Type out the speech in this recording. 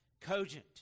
cogent